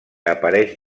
apareix